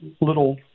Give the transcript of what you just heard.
little